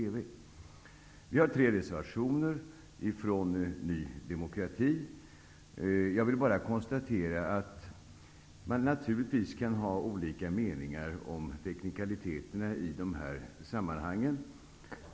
Det finns tre reservationer från Ny demokrati. Jag vill bara konstatera att man naturligtvis kan ha olika meningar om teknikaliteterna i dessa sammanhang.